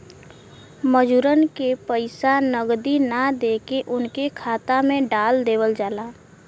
मजूरन के पइसा नगदी ना देके उनके खाता में डाल देवल जाला